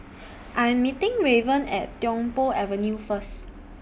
I'm meeting Raven At Tiong Poh Avenue First